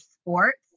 sports